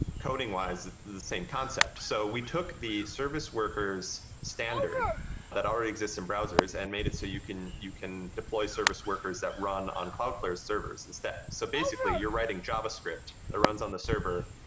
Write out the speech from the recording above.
coding-wise, the same concept. so we took the service workers standard that already exists in browsers and made it so you can you can deploy service workers that run on cloudflare servers instead. so basically you're writing javascript that runs on the server,